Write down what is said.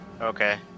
Okay